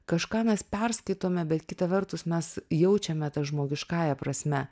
kažką mes perskaitome bet kita vertus mes jaučiame ta žmogiškąja prasme